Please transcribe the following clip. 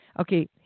Okay